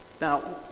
Now